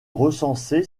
recensé